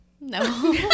No